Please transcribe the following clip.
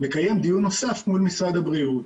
לקיים דיון נוסף מול משרד הבריאות,